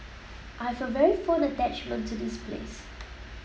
I have a very fond attachment to this place